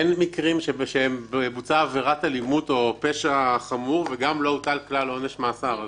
אין מקרים שבוצעה עבירת אלימות או פשע חמור ולא הוטל עונש מאסר.